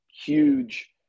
huge